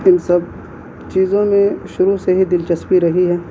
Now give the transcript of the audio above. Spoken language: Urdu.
ان سب چیزوں میں شروع سے ہی دلچسپی رہی ہے